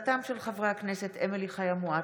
בהצעתם של חברי הכנסת אמילי חיה מואטי,